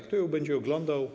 Kto ją będzie oglądał?